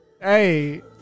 Hey